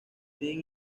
tim